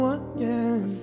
again